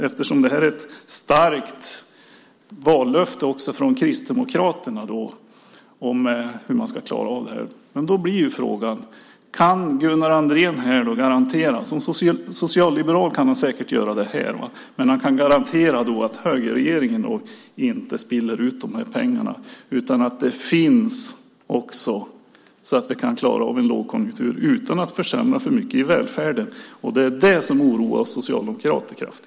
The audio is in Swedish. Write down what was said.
Eftersom det här är ett starkt vallöfte också från Kristdemokraterna blir frågan: Kan Gunnar Andrén här garantera - som socialliberal kan han säkert göra det - att högerregeringen inte spiller ut de här pengarna och att man klarar av en lågkonjunktur utan att försämra för mycket i välfärden? Det är det som oroar oss socialdemokrater kraftigt.